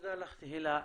תודה לך, תהלה.